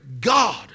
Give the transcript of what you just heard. God